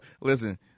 listen